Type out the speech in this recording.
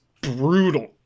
brutal